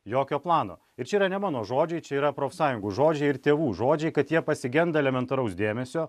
jokio plano ir čia yra ne mano žodžiai čia yra profsąjungų žodžiai ir tėvų žodžiai kad jie pasigenda elementaraus dėmesio